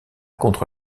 contre